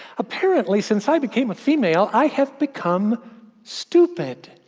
apparently, since i became a female, i have become stupid.